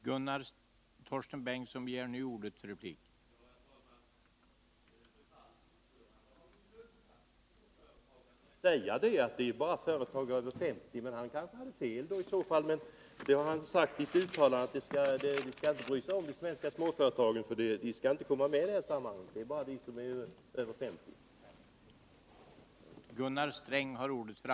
Herr talman! Metalls ordförande har ju lugnat småföretagarna med att säga att det är bara företag med över 50 anställda som det gäller. Men han kanske hade fel. Han har emellertid uttalat att man inte skall bry sig om de svenska småföretagen, för de skall inte komma med i sammanhanget — det gäller bara de som har över 50 anställda.